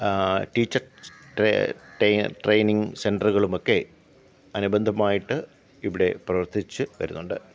teacher training സെന്ററുകളുമൊക്കെ അനുബന്ധമായിട്ട് ഇവിടെ പ്രവര്ത്തിച്ച് വരുന്നുണ്ട്